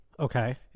Okay